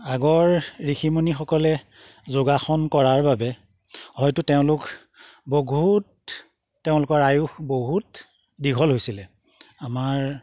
আগৰ ঋষিমুনিসকলে যোগাসন কৰাৰ বাবে হয়তো তেওঁলোক বহুত তেওঁলোকৰ আয়ুস বহুত দীঘল হৈছিলে আমাৰ